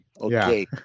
Okay